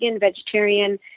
vegetarian